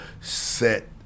set